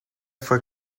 fue